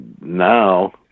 now